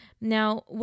Now